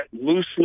loosely